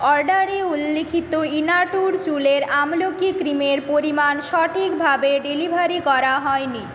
অর্ডারে উল্লিখিত ইনাটুর চুলের আমলকি ক্রিমের পরিমাণ সঠিকভাবে ডেলিভারি করা হয়নি